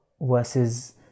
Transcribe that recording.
versus